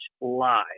live